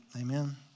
Amen